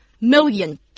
million